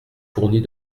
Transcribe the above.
fournies